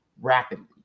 rapidly